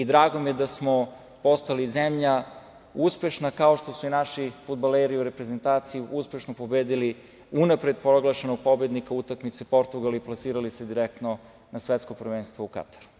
Drago mi je da smo postali zemlja uspešna kao što su i naši fudbaleri pobedili unapred proglašenog pobednika Portugal i plasirali se direktno na Svetsko prvenstvo u Kataru.